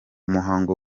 muhango